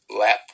Lap